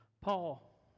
Paul